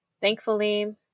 Thankfully